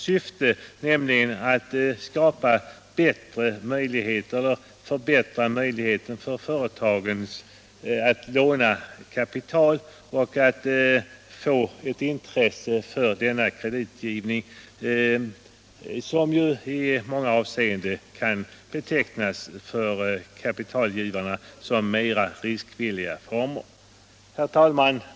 Syftet med vinstandelslånen är ju att förbättra företagens förutsättningar att låna kapital, i en för långivaren mera riskvillig form av kreditgivning.